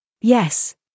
Yes